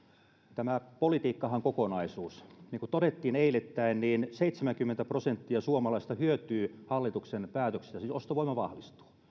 tämä politiikkahan on kokonaisuus niin kuin todettiin eilettäin niin seitsemänkymmentä prosenttia suomalaisista hyötyy hallituksen päätöksestä siis ostovoima vahvistuu